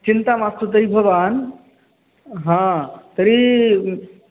चिन्ता मास्तु तर्हि भवान् तर्हि